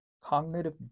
Cognitive